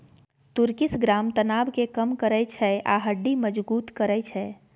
तुर्किश ग्राम तनाब केँ कम करय छै आ हड्डी मजगुत करय छै